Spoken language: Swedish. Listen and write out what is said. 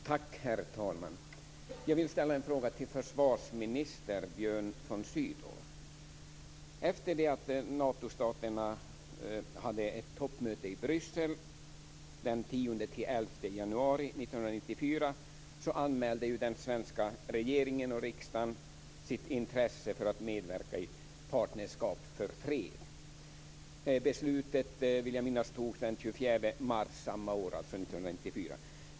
Herr talman! Jag vill ställa en fråga till försvarsminister Björn von Sydow. Bryssel den 10-11 januari 1994 anmälde den svenska regeringen och riksdagen sitt intresse för att medverka i Partnerskap för fred. Beslutet vill jag minnas fattades den 24 mars samma år, 1994.